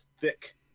thick